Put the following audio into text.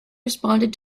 responded